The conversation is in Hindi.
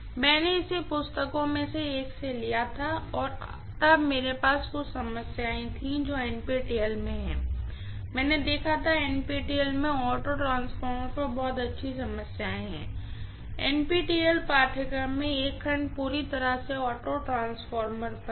मैंने इसे पुस्तकों में से एक से लिया था और तब मेरे पास कुछ समस्याएं थीं जो NPTEL में हैं मैंने देखा था कि NPTEL में ऑटो ट्रांसफार्मर पर बहुत अच्छी समस्याएं हैं NPTEL पाठ्यक्रम में एक खंड पूरी तरह से ऑटो ट्रांसफार्मर पर है